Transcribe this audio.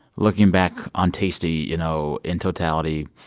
looking back on taystee, you know, in totality,